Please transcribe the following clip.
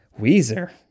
Weezer